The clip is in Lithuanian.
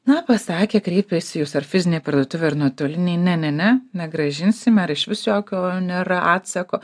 na pasakė kreipėsi jūs ar fizinėj parduotuvėj ar nuotolinėj ne ne ne negrąžinsime ar išvis jokio nėra atsako